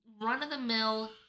run-of-the-mill